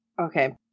okay